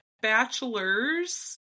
bachelors